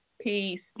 Peace